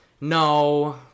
No